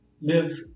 live